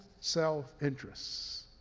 self-interests